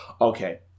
okay